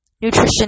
nutrition